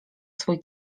swój